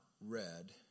read